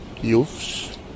youths